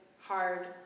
hard